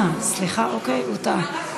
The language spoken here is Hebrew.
סליחה, אוקיי, הוא טעה.